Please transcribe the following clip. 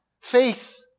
Faith